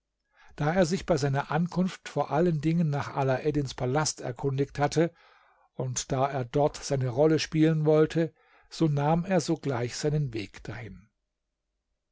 da er sich bei seiner ankunft vor allen dingen nach alaeddins palast erkundigt hatte und da er dort seine rolle spielen wollte so nahm er sogleich seinen weg dahin